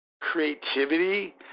creativity